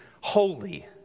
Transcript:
holy